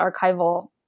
archival